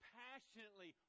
passionately